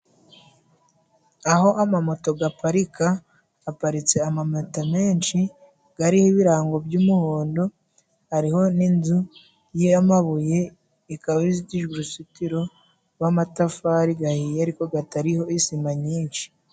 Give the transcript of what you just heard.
Aho amamoto gaparika, haparitse amamoto menshi, gariho ibirango by'umuhondo, hariho n'inzu y'amabuye ikaba izitijwe uruzitiro rw'amatafari gahiriye, ariko gatariho isima nyinshi.